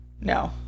No